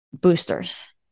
boosters